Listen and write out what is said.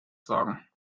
sagen